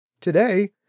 Today